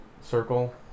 circle